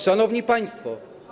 Szanowni Państwo!